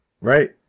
Right